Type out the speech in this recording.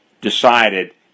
decided